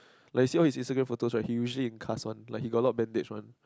like you see all his Instagram photos right he usually in cast one like he got a lot of bandage one